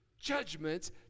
judgments